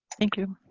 thank you.